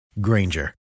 Granger